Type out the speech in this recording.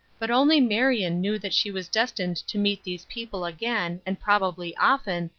but only marion knew that she was destined to meet these people again, and probably often,